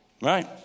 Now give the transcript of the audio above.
right